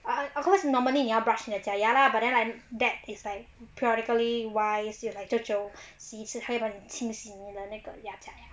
of course normally 你要 brush 你的假牙 lah but then that is like periodically wise you like 久久洗一次 then like 清洗的那个牙子